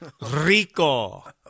Rico